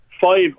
Five